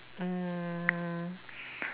mm